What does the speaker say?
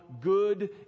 good